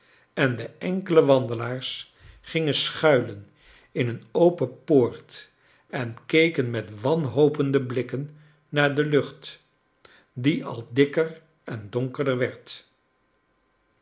en de enkele wandelaars gingen sohuilen in een open poort en keken met wanhopende blikken naar de lucht die al dikker en uonkc rder werd